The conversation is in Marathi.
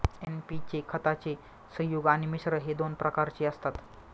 एन.पी चे खताचे संयुग आणि मिश्रण हे दोन प्रकारचे असतात